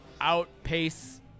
outpace